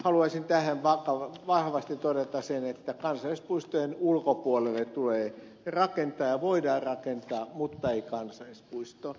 haluaisin tähän vahvasti todeta sen että kansallispuistojen ulkopuolelle tulee rakentaa ja voidaan rakentaa mutta ei kansallispuistoon